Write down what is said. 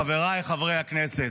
חבריי חברי הכנסת,